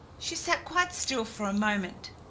she sat quite still for a moment.